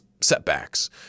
setbacks